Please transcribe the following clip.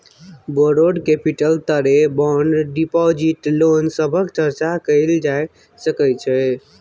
borrowed capital तरे bond deposit loan सभक चर्चा कएल जा सकइ छै